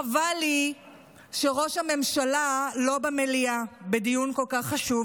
חבל לי שראש הממשלה לא במליאה בדיון כל כך חשוב.